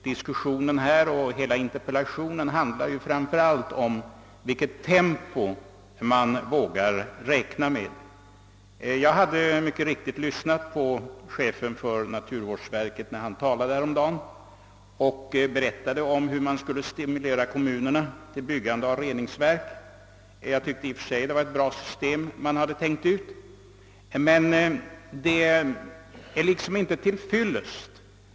Diskussionen här och hela interpellationen handlar framför allt om vilket tempo man därvidlag vågar räkna med. Jag lyssnade också på chefen för naturvårdsverket när han häromdagen berättade hur kommunerna skulle stimuleras att bygga reningsverk. Det var i och för sig ett bra system som man hade tänkt ut, men det behövs även en lagstiftning.